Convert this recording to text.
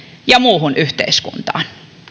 ja muuhun yhteiskuntaan